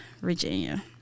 Virginia